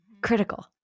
critical